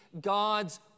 God's